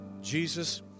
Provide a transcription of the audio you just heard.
Jesus